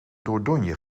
dordogne